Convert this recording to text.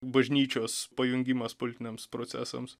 bažnyčios pajungimas politiniams procesams